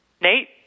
Nate